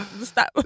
stop